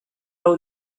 hau